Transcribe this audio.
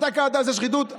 אתה קראת לזה שחיתות,